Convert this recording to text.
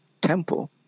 temple